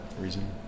reason